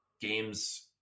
Games